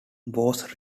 was